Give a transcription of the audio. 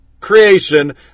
creation